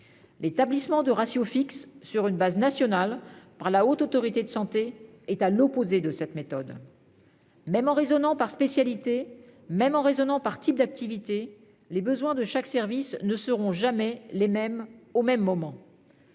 L'établissement de ratios fixes sur une base nationale par la Haute Autorité de santé est à l'opposé de cette méthode. Même en raisonnant par spécialité, même en raisonnant par type d'activité, les besoins de chaque service ne seront jamais les mêmes au même moment,